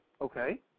okay